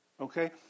okay